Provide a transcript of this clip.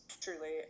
truly